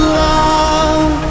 love